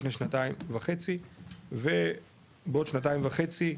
לפני שנתיים וחצי ובעוד שנתיים וחצי,